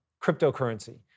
cryptocurrency